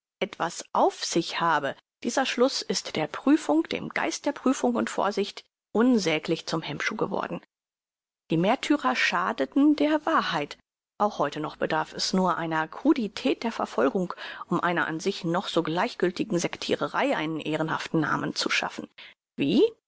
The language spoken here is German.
etwas auf sich habe dieser schluß ist der prüfung dem geist der prüfung und vorsicht unsäglich zum hemmschuh geworden die märtyrer schadeten der wahrheit auch heute noch bedarf es nur einer crudität der verfolgung um einer an sich noch so gleichgültigen sektirerei einen ehrenhaften namen zu schaffen wie